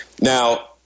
Now